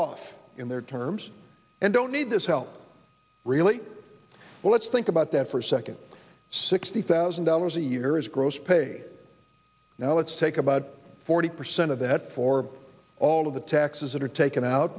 off in their terms and don't need this help really well let's think about that for a second sixty thousand dollars a year is gross pay now let's take about forty percent of that for all of the taxes that are taken out